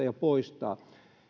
jo poistaa